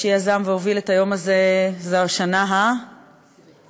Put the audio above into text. שיזם והוביל את היום הזה זו השנה, העשירית?